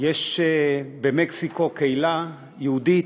יש במקסיקו קהילה יהודית,